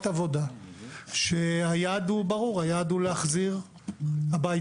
עבודה כשהיעד הוא ברור היעד הוא להחזיר הביתה.